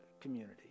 community